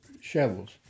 shovels